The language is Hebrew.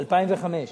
ב-2005.